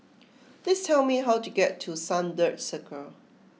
please tell me how to get to Sunbird Circle